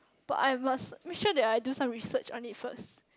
but I must make sure that I do some research on it first